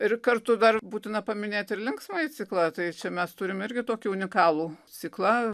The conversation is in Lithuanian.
ir kartu dar būtina paminėt ir linksmąjį ciklą tai čia mes turim irgi tokį unikalų ciklą